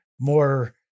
more